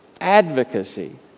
advocacy